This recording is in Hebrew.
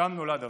שם נולד אבי,